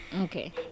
Okay